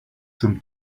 zum